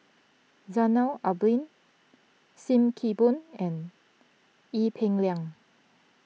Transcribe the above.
Zainal Abidin Sim Kee Boon and Ee Peng Liang